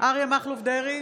אריה מכלוף דרעי,